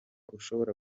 ushobora